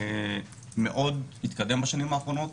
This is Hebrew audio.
מאוד התקדם בשנים האחרונות,